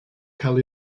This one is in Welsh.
cael